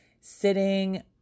sitting